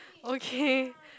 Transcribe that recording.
okay